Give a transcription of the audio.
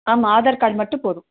ஆமாம் ஆதார் கார்ட் மட்டும் போதும்